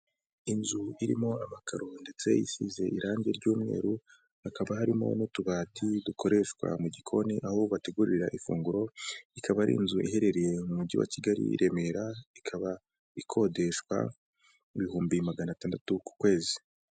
Inzu irimo amakaro ndetse isize irangi ry'umweru hakaba harimo n'utubati dukoreshwa mu gikoni aho bategurira ifunguro, ikaba ari inzu iherereye mu mujyi wa kigali i remera ikaba ikodeshwa ibihumbi magana atandatu ku kwezi.